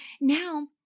now